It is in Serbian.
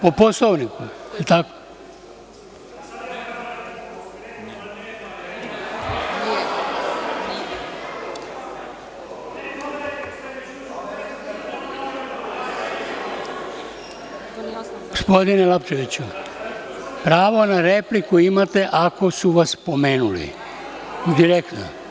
Po Poslovniku, da li je tako? [[Milan Lapčević, s mesta: Da li sada imam pravo na repliku?]] Gospodine Lapčeviću, pravo na repliku imate ako su vas pomenuli direktno.